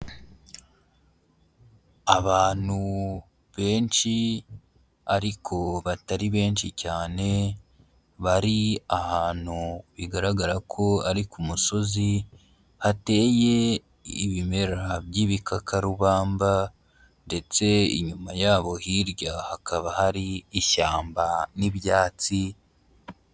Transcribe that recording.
Abantu benshi ariko batari benshi cyane, bari ahantu bigaragara ko ari ku musozi, hateye ibimera by'ibikakarubamba ndetse inyuma yabo hirya hakaba hari ishyamba n'ibyatsi.